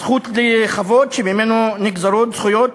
הזכות לכבוד, שממנו נגזרות זכויות,